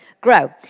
grow